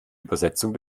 übersetzung